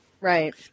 Right